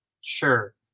Sure